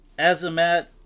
Azamat